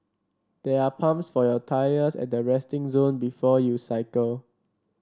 there are pumps for your tyres at the resting zone before you cycle